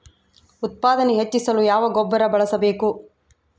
ಉತ್ಪಾದನೆ ಹೆಚ್ಚಿಸಲು ಯಾವ ಗೊಬ್ಬರ ಬಳಸಬೇಕು?